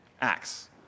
acts